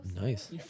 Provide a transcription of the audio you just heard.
Nice